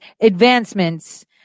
advancements